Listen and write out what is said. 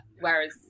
whereas